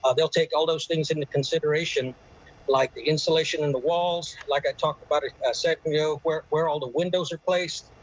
ah they'll take all those things into consideration like the insulation in the walls, like i talked about a second ago, where where all the windows are placed,